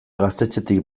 gaztetxetik